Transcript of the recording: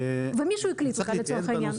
ומישהו הקליט אותה לצורך העניין.